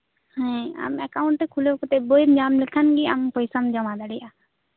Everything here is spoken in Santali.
ᱦᱮᱸ ᱟᱨ ᱮᱠᱟᱩᱱᱴ ᱠᱷᱩᱞᱟᱹᱣ ᱠᱟᱛᱮᱜ ᱵᱳᱭ ᱮᱢ ᱧᱟᱢ ᱞᱮᱠᱷᱟᱱ ᱜᱮ ᱟᱢ ᱯᱚᱭᱥᱟᱢ ᱡᱚᱢᱟ ᱫᱟᱲᱮᱭᱟᱜᱼᱟ